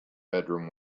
bedroom